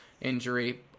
injury